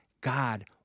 God